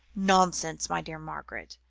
nonsense, my dear margaret,